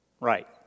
Right